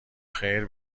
خیر